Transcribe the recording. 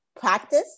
practice